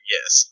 Yes